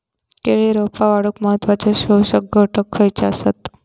केळी रोपा वाढूक महत्वाचे पोषक घटक खयचे आसत?